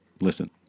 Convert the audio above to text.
Listen